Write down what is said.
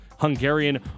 Hungarian